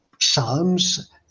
Psalms